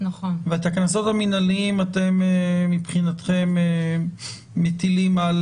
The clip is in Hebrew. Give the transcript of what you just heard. ואת הקנסות המנהליים מבחינתכם אתם מטילים על